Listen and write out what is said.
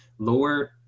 lower